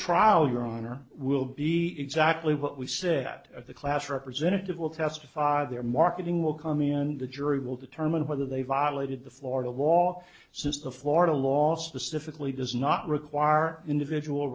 trial your honor will be exactly what we say out of the class representative will testify their marketing will come in and the jury will determine whether they violated the florida law since the florida law specifically does not require our individual